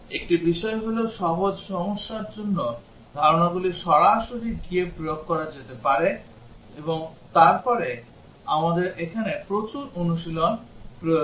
একটি বিষয় হল সহজ সমস্যার জন্য ধারণাগুলি সরাসরি গিয়ে প্রয়োগ করা যেতে পারে তবে তারপরে আমাদের এখানে প্রচুর অনুশীলন প্রয়োজন